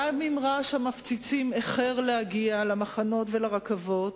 גם אם רעש המפציצים איחר להגיע למחנות ולרכבות,